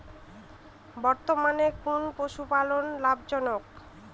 বর্তমানে কোন পশুপালন লাভজনক?